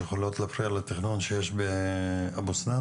שיכולות להפריע לתכנון שיש באבו סנאן?